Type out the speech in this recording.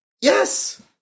Yes